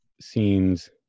scenes